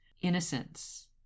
innocence